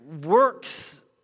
works